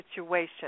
situation